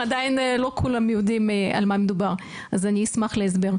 עדיין לא כולם יודעים על מה מדובר אז אני אשמח להסבר.